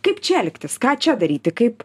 kaip čia elgtis ką čia daryti kaip